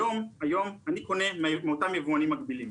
היום אני קונה מאותם יבואנים מקבילים,